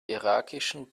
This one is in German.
irakischen